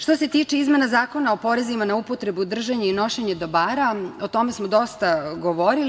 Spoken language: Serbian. Što se tiče izmena Zakona o porezima na upotrebu, držanje i nošenje dobara, a o tome smo dosta govorili.